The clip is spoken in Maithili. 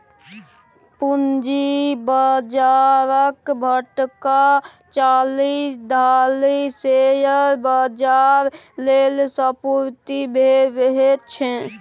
पूंजी बाजारक सभटा चालि ढालि शेयर बाजार लेल समर्पित भेल रहैत छै